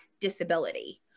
disability